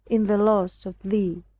in the loss of thee.